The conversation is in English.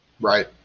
Right